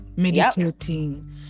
Meditating